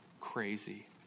crazy